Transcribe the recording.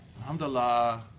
alhamdulillah